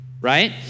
right